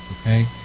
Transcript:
Okay